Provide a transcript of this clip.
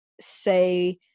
say